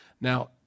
Now